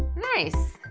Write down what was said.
nice!